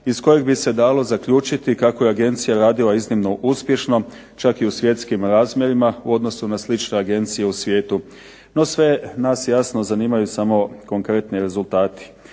iz kojeg bi se dalo zaključiti kako je Agencija radila iznimno uspješno čak i u svjetskim razmjerima u odnosu na slične agencije u svijetu. No, sve nas jasno zanimaju samo konkretni rezultati.